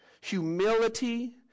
humility